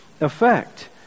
effect